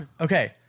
okay